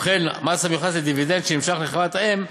כמו כן, מס המיוחס לדיבידנד שנמשך לחברה האם,